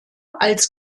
als